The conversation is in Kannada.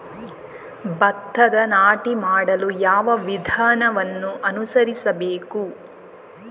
ಭತ್ತದ ನಾಟಿ ಮಾಡಲು ಯಾವ ವಿಧಾನವನ್ನು ಅನುಸರಿಸಬೇಕು?